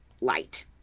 light